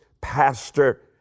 pastor